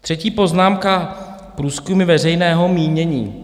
Třetí poznámka průzkumy veřejného mínění.